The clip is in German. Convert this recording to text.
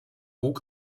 bug